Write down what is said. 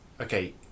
Okay